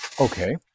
Okay